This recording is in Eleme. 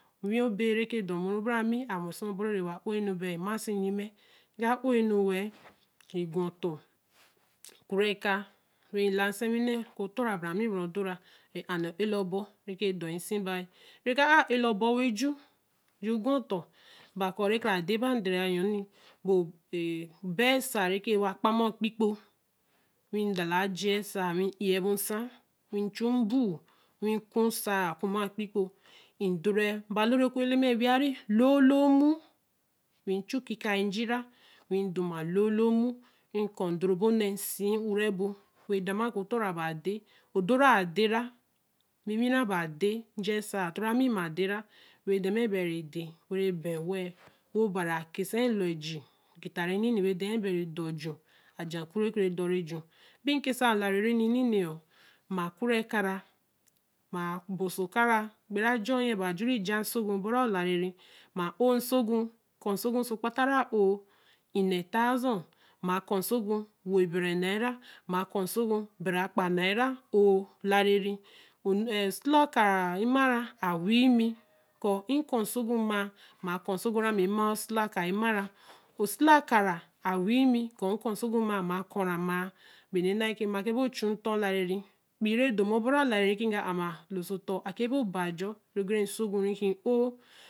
Wio bee rɛ dɔmũru brãmi annwɛsɔ̃ mɔbɔru nɛwa'o enu bɛi maasi nnyimɛ mga'oe nu wɛɛɛ nɛ gwɔ̃ tɔ krueka were la nsɛnwinɛ. oku ɔtɔ ra bra mi brã odora rɛ'a nɛo'ela ɔbɔ nɛke dɔi nsi bai. nɛka'a o'kla ɔbɔ ju we gwɔ̃ tɔ. ba kɔri rɛ kara deba ndɛ annyɔni boo bee bɛsaa rekenɛwa kpam a kpikp nwii dale jiɛesaa nwii m'iɛ bo ñsã. mchu mbuu wii ku saa. mkuma kpikpo. imdorɛ mbalo rɔ̃ kueleme wia ri looloo mmu. bi mchu kikai njirã nwii mdoma looloo mmunwii nkɔ ndorobonɛ nsii nrɛbo wo damo kuɔ tɔ rã baa de. doraa dera. winwira baa de nja esaa. tora mi mma dera we demee bɛi re de werebɛ wɛɛɛ wo bari akesɛi lɔ jii. geta ri ninini deme bei re dɛ ju ajɛ olurɛ̃ dɔrieju. binkesa rɔ lare nininiɔ mma kurɛ karã. mmaabo so oka rã gbra jɔ innyɛ baa juri ja nsogu ɔbɔ ra. mma'o nsogu. kɔ̃ nsogu so ka ra'o. innɛ thousand mma kɔ̃ nsogu wo bɛrɛ naira. mma kɔ̃ nsogu bɛrɛ kpa naira'oo lareri ɛɛ-oosilaka mima rã awii mi kɔ i-kɔɔ nsogu maa. mma kɔra maa. benu ri mma kɛ mpio chu ntɔ̃ lankeri. kpii re dɔ mɔ bɔra olarieri ri mga'a akɛ mpio bɔ ajɔ rii ri oguru nsogu ri'moo